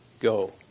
go